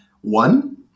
One